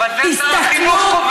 אה, אבל את זה שר חינוך קובע.